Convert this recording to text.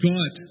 God